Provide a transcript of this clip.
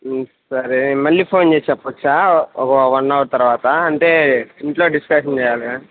సరే మళ్ళీ ఫోన్ చేసి చెప్పచ్చా ఒక వన్ అవర్ తర్వాత అంటే ఇంట్లో డిస్కషన్ చెయ్యాలి